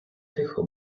тихо